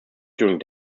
during